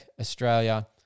Australia